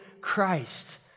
Christ